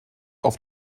auf